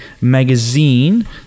magazine